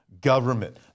government